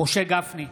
משה גפני,